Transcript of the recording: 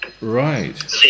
Right